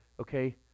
okay